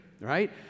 right